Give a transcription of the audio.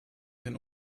den